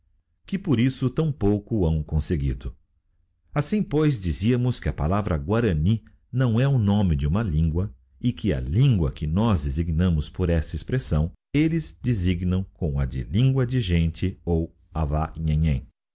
que por isso tão pouco hão conseguido assim pois dizíamos que a palavra guarany não é o nome de uma lingua e que a lingua que nós designamos por esta expressão elles designam com a de lingua de gente ou ava nhenhen